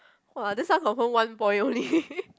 [wah] this one confirm one point only